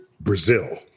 Brazil